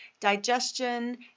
digestion